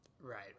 right